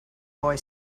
boy